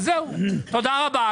תודה רבה.